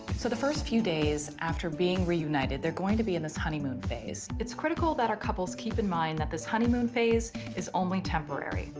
so, the first few days after being reunited, they're going to be in this honeymoon phase. it's critical that our couples keep in mind that this honeymoon phase is only temporary.